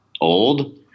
old